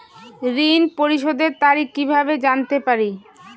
ঋণ পরিশোধের তারিখ কিভাবে জানতে পারি?